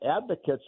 advocates